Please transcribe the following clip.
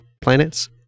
planets